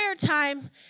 time